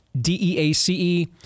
D-E-A-C-E